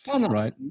right